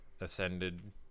ascended